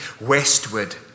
westward